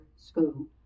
School